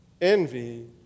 envy